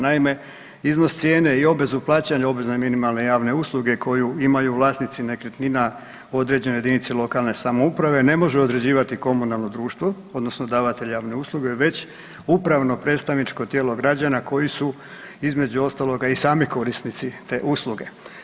Naime, iznos cijene i obvezu plaćanja obvezne minimalne javne usluge koju imaju vlasnici nekretnina određene jedinice lokalne samouprave ne može određivati komunalno društvo odnosno davatelj javne usluge već upravno predstavničko tijelo građana koji su između ostaloga i sami korisnici te usluge.